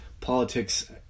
politics